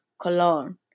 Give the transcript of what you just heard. cologne